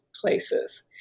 places